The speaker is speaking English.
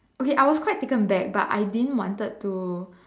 okay I was quite taken back but I didn't wanted to